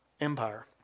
empire